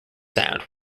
sound